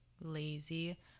lazy